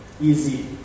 Easy